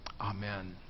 Amen